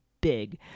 big